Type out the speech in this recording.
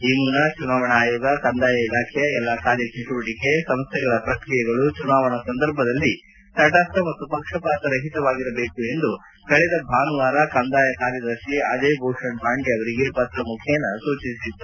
ಈ ಮುನ್ನ ಚುನಾವಣಾ ಆಯೋಗ ಕಂದಾಯ ಇಲಾಖೆಯ ಎಲ್ಲ ಕಾರ್ಯಚಟುವಟಿಕೆ ಸಂಸ್ಲೆಗಳ ಪ್ರಕ್ರಿಯೆಗಳು ಚುನಾವಣಾ ಸಂದರ್ಭದಲ್ಲಿ ತಟಸ್ವ ಮತ್ತು ಪಕ್ಷಪಾತರಹಿತವಾಗಿರಬೇಕು ಎಂದು ಕಳೆದ ಭಾನುವಾರ ಕಂದಾಯ ಕಾರ್ಯದರ್ಶಿ ಅಜಯ್ ಭೂಷಣ್ ಪಾಂಡೆ ಅವರಿಗೆ ಪ್ರಮುಖೇನ ಸೂಚಿಸಿತ್ತು